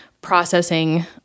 processing